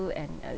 and uh